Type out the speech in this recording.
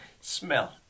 Smell